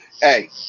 hey